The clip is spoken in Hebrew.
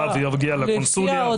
האב יגיע לקונסוליה ויחתום.